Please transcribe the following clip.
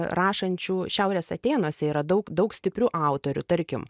rašančių šiaurės atėnuose yra daug daug stiprių autorių tarkim